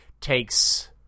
takes